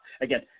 again